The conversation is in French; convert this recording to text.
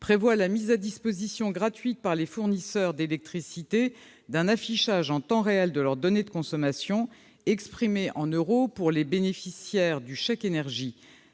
prévoit la mise à disposition gratuite par les fournisseurs d'électricité d'un affichage en temps réel de leurs données de consommations, exprimées en euros, pour les consommateurs bénéficiaires du chèque énergie.